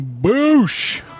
Boosh